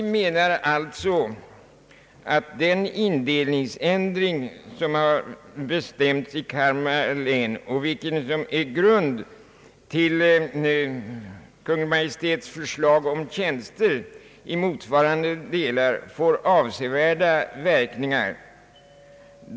Vi menar alltså att den indelningsändring som har bestämts i Kalmar län, och som ligger till grund för Kungl. Maj:ts förslag om tjänster i motsvarande delar, får avsevärda verkningar.